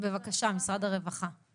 בכל מקום בפרוטקציה את נכנסת מקום 400 בתור,